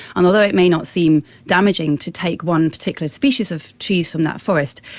and although it may not seem damaging to take one particular species of trees from that forest,